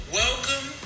welcome